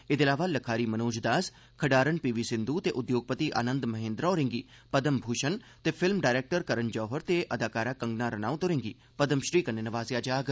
एहदे अलावा लखारी मनोज दास खड्ढारन पी वी सिंधु ते उद्योगपति आनंद महेन्द्रा होरें'गी पद्म भूशण ते फिल्म डायरेक्टर करण जौहर ते अदाकारा कंगना रनाउत होरें'गी पद्मश्री कन्नै नवाज़ेआ जाग